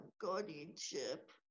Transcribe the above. guardianship